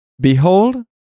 Behold